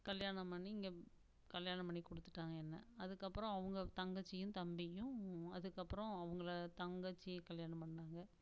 கல்யாணம் பண்ணி இங்கே கல்யாணம் பண்ணி கொடுத்துட்டாங்க என்னை அதுக்கப்பறம் அவங்க தங்கச்சியும் தம்பியும் அதுக்கப்பறம் அவங்கள தங்கச்சி கல்யாணம் பண்ணாங்க